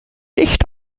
nicht